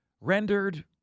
rendered